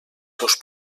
seus